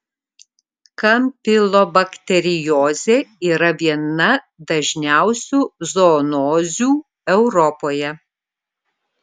kampilobakteriozė yra viena dažniausių zoonozių europoje